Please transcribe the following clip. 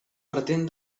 pretén